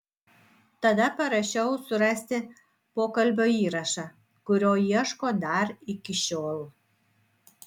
tada parašiau surasti pokalbio įrašą kurio ieško dar iki šiol